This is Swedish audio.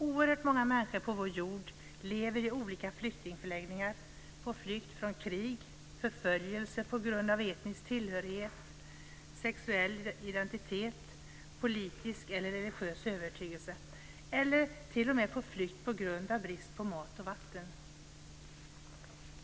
Oerhört många människor på vår jord lever i olika flyktingförläggningar, på flykt från krig eller förföljelse på grund av etnisk tillhörighet, sexuell identitet, politisk eller religiös övertygelse, eller t.o.m. på flykt på grund av brist på mat och vatten.